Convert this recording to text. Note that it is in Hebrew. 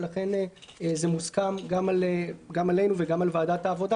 ולכן זה מוסכם גם עלינו וגם על ועדת העבודה